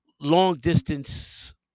long-distance